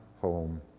home